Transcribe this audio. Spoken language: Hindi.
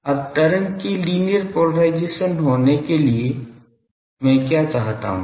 अब तरंग के लीनियर पोलराइजेशन होने के लिए मैं क्या चाहता हूं